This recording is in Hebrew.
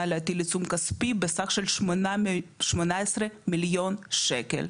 להטיל עיצום כספי בסך של 18 מיליון שקל,